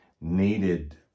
needed